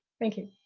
thank you.